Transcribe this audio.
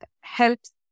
helps